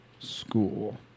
school